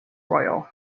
royal